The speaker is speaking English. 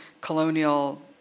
colonial